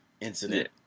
incident